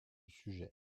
sujet